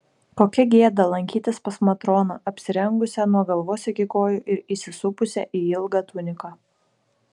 kokia gėda lankytis pas matroną apsirengusią nuo galvos iki kojų ir įsisupusią į ilgą tuniką